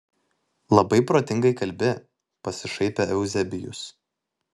labai protingai kalbi pasišaipė euzebijus